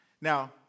Now